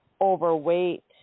overweight